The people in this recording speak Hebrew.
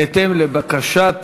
בהתאם לבקשת